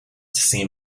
seem